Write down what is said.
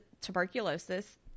tuberculosis